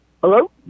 Hello